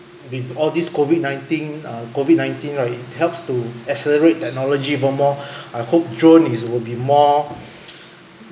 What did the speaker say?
with all these COVID nineteen uh COVID nineteen right it helps to accelerate technology even more I hope drone is will be more